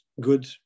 good